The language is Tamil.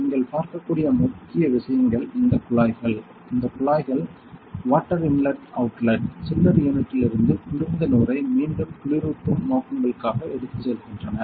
நீங்கள் பார்க்கக்கூடிய முக்கிய விஷயங்கள் இந்த குழாய்கள் இந்த குழாய்கள் water inlet outlet chiller யூனிட்டில் இருந்து குளிர்ந்த நீரை மீண்டும் குளிரூட்டும் நோக்கங்களுக்காக எடுத்துச் செல்கின்றன